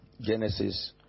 genesis